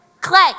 clay